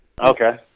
Okay